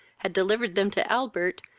had delivered them to albert,